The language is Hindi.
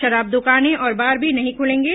शराब दुकाने और बार भी नहीं खुलेंगे